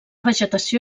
vegetació